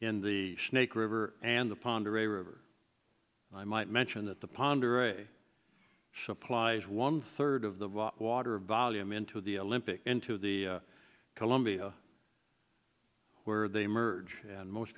in the snake river and the pond or a river i might mention that the pond or a supplies one third of the water volume into the olympic into the columbia where they merge and most